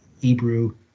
Hebrew